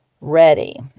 ready